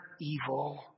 evil